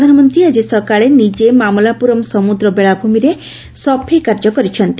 ପ୍ରଧାନମନ୍ତୀ ଆଜି ସକାଳେ ନିଜେ ମାମଲାପୁରମ୍ ସମୁଦ୍ର ବେଳାଭ୍ରମିରେ ନିଜେ ସଫେଇ କାର୍ଯ୍ୟ କରିଛନ୍ତି